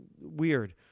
weird